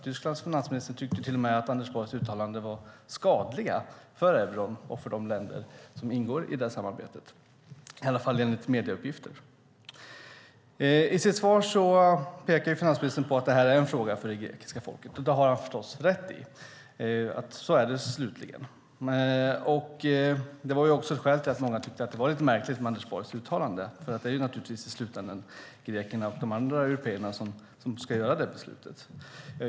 Tysklands finansminister tyckte till och med att Anders Borgs uttalanden var skadliga för euron och för de länder som ingår i det samarbetet, i alla fall enligt medieuppgifter. I sitt svar pekar finansministern på att det här är en fråga för det grekiska folket. Det har han förstås rätt i. Så är det slutligen. Det var också ett skäl till att många tyckte att det var lite märkligt med Anders Borgs uttalande, för det är naturligtvis i slutändan grekerna och de andra européerna som ska fatta det beslutet.